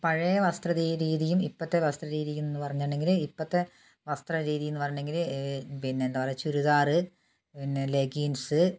പഴയ വസ്ത്ര രീതിയും ഇപ്പോഴത്തെ വസ്ത്രരീതിയുമെന്ന് പറഞ്ഞിട്ടുണ്ടെങ്കിൽ ഇപ്പോഴത്തെ വസ്ത്രരീതിയെന്ന് പറഞ്ഞെങ്കിൽ പിന്നെ എന്താ പറയുക ചുരിദാറ് പിന്നെ ലെഗിൻസ്